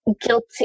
guilty